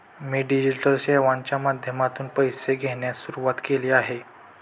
मी digital सेवांच्या माध्यमातून पैसे घेण्यास सुरुवात केली आहे